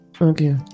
Okay